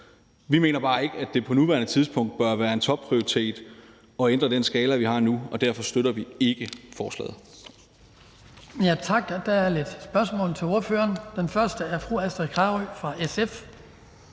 Vi mener bare ikke, at det på nuværende tidspunkt bør være en topprioritet at ændre den skala, vi har nu, og derfor støtter vi ikke forslaget.